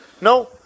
no